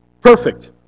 perfect